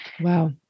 Wow